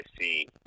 see